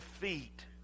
Defeat